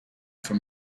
for